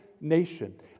nation